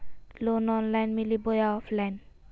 Loan online मिली बोया offline?